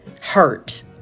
hurt